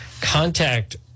contact